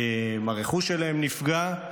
הרכוש שלהם נפגע,